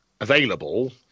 available